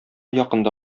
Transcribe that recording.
якында